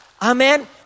Amen